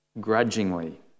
grudgingly